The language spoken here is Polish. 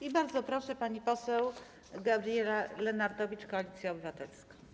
I bardzo proszę, pani poseł Gabriela Lenartowicz, Koalicja Obywatelska.